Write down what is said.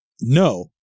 No